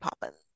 Poppins